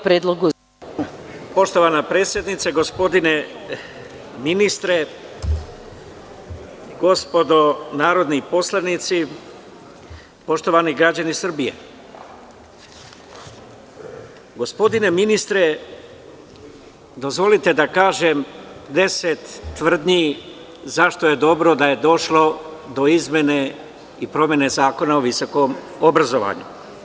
Poštovana predsednice, gospodine ministre, gospodo narodni poslanici, poštovani građani Srbije, gospodine ministre, dozvolite da kažem deset tvrdnji zašto je dobro da je došlo do izmene i promene Zakona o visokom obrazovanju.